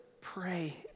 pray